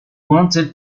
wanted